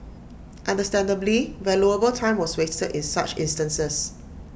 understandably valuable time was wasted in such instances